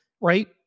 right